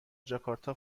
جاکارتا